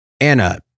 Anna